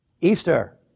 Easter